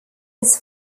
his